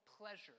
pleasure